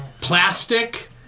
Plastic